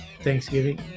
Thanksgiving